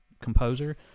composer